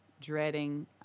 dreading